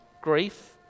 grief